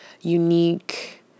unique